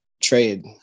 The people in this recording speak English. Trade